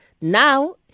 now